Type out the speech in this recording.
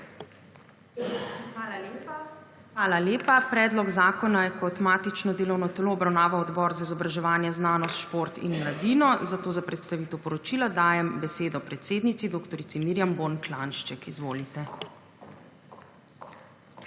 ZUPANČIČ:** Hvala lepa. Predlog zakona je kot matično delovno telo obravnaval Odbor za izobraževanje, znanost, šport in mladino. Zato za predstavitev poročila dajem besedo predsednici, dr. Mirjam Bon Klanjšček. Izvolite. **DR.